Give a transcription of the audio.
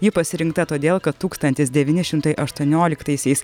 ji pasirinkta todėl kad tūkstantis devyni šimtai aštuonioliktaisiais